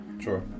Sure